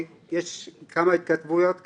יש כמה התכתבויות כאן,